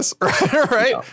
Right